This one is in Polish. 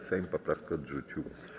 Sejm poprawki odrzucił.